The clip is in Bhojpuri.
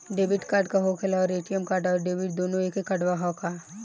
डेबिट कार्ड का होखेला और ए.टी.एम आउर डेबिट दुनों एके कार्डवा ह का?